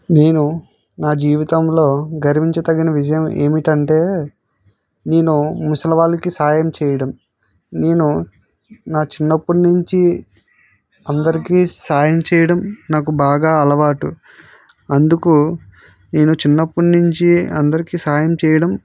నేను నా జీవితంలో గర్వించదగిన విజయం ఏమిటి అంటే నేను ముసలివాళ్ళకి సాయం చేయడం నేను నా చిన్నప్పటి నుంచి అందరికి సాయం చేయడం నాకు బాగా అలవాటు అందుకు నేను చిన్నప్పటి నుంచి అందరికి సాయం చేయడం